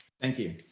thank you.